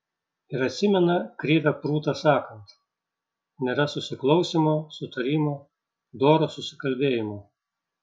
ir atsimena krivę prūtą sakant nėra susiklausymo sutarimo doro susikalbėjimo